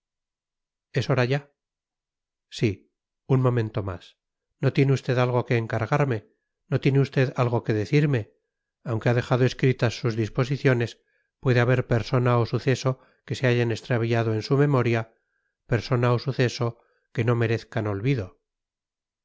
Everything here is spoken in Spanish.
es hora ya sí un momento más no tiene usted algo que encargarme no tiene algo que decirme aunque ha dejado escritas sus disposiciones puede haber persona o suceso que se hayan extraviado en su memoria persona o suceso que no merezcan olvido